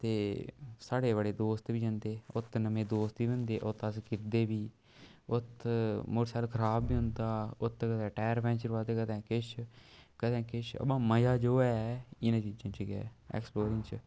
ते साढ़े बड़े दोस्त बी जंदे ओत्त नमें दोस्त बी होंदे ओत्त अस किरदे बी ओत्त मौटरसैकल खराब बी होंदा ओत्त कदें टैर पैंचर होऐ दे कदें किश कदें किश अवा मजा जो ऐ इ'नें चीजें च गै ऐ ऐक्सपलोरिंग च